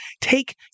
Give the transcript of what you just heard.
take